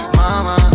Mama